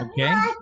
Okay